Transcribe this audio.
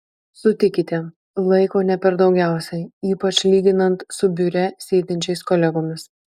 sutikite laiko ne per daugiausiai ypač lyginant su biure sėdinčiais kolegomis